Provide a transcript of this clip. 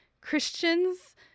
Christians